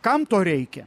kam to reikia